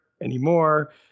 anymore